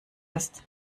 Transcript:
ist